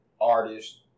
artist